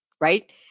right